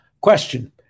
question